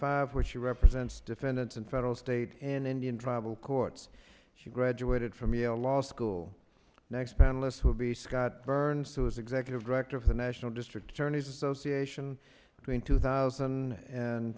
five where she represents defendants in federal state and indian tribal courts she graduated from yale law school next panelists will be scott burns who is executive director of the national district attorneys association between two thousand and